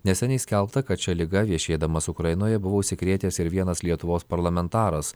neseniai skelbta kad šia liga viešėdamas ukrainoje buvo užsikrėtęs ir vienas lietuvos parlamentaras